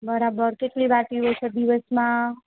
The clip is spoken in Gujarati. બરાબર કેટલી વાર પીવો છો દિવસમાં